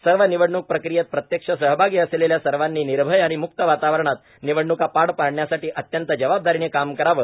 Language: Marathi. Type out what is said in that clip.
सर्व निवडणूक प्रक्रियेत प्रत्यक्ष सहभागी असलेल्या सर्वांनी निर्भय व मुक्त वातावरणात निवडणुका पार पाडण्यासाठी अत्यंत जबाबदारीने काम करावे